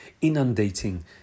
inundating